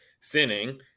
sinning